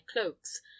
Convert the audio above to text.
cloaks